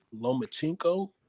Lomachenko